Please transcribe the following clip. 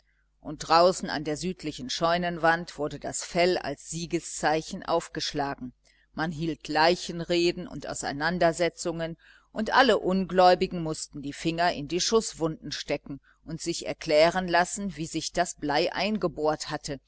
und draußen an der südlichen scheunenwand wurde das fell als siegeszeichen aufgeschlagen man hielt leichenreden und auseinandersetzungen und alle ungläubigen mußten die finger in die schußwunden stecken und sich erklären lassen wie sich das blei eingebohrt hatte